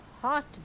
hot